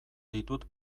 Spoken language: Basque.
ditut